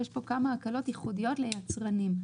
יש פה כמה הקלות ייחודיות ליצרנים.